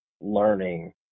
learning